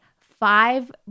five